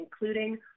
including